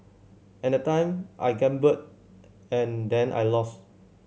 at that time I gambled and then I lost